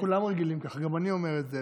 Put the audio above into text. כולם רגילים כך, גם אני אומר את זה.